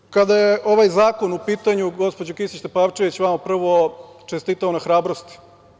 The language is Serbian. Ja bih, kada je ovaj zakon u pitanju, gospođo Kisić Tepavčević, vama prvo čestitao na hrabrosti.